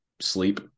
sleep